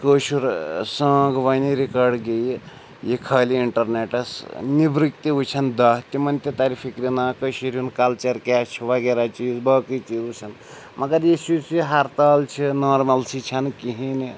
کٲشُر ٲں سانٛگ وَنہِ رِکارڈ گیٚیہِ یہِ خالہِ اِنٹَرنیٚٹَس نیٚبرٕکۍ تہِ وُچھَن دَہ تِمَن تہِ تَرِ فِکرِ نا کٔشیٖرۍ ہُنٛد کَلچَر کیٛاہ چھُ وغیرہ چیٖز باقٕے چیٖز وُچھَن مگر یُس یُس یہِ ہَرتال چھِ نارمَلسی چھَنہٕ کِہیٖنۍ نہِ